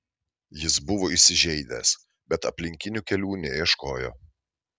jis buvo įsižeidęs bet aplinkinių kelių neieškojo